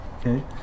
Okay